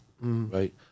right